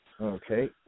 Okay